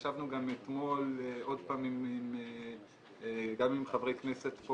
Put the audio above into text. ישבנו גם אתמול עוד פעם גם עם חברי כנסת פה